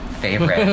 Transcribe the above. favorite